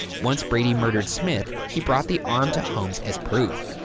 once brady murdered smith, he brought the arm to holmes as proof,